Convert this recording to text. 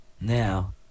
now